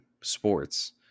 sports